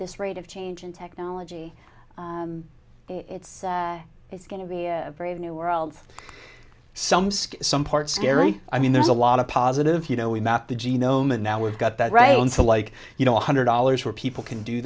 this rate of change in technology it's it's going to be a brave new world some sky some part scary i mean there's a lot of positive you know we mapped the genome and now we've got that right on to like you know one hundred dollars where people can do